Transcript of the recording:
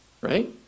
Right